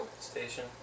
Station